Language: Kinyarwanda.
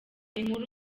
inkuru